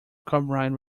copyright